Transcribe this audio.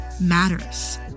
matters